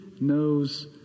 Knows